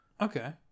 Okay